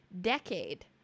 decade